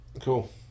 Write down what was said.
cool